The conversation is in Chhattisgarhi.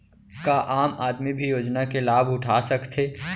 का आम आदमी भी योजना के लाभ उठा सकथे?